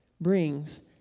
brings